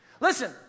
listen